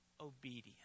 obedience